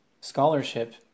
scholarship